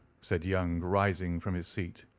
said young, rising from his seat.